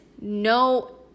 no